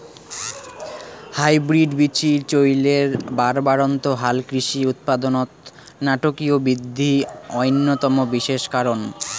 hybrid বীচির চইলের বাড়বাড়ন্ত হালকৃষি উৎপাদনত নাটকীয় বিদ্ধি অইন্যতম বিশেষ কারণ